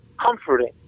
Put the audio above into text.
comforting